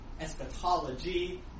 eschatology